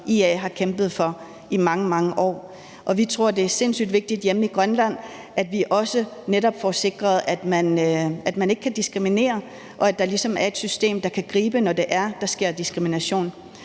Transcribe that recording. som IA har kæmpet for i mange, mange år. Vi tror, det er sindssyg vigtigt hjemme i Grønland, at vi også netop får sikret, at man ikke kan diskriminere, og at der ligesom er et system, der kan gribe, når det er, at der sker diskrimination.